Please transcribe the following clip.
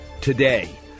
today